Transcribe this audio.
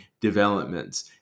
developments